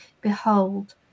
Behold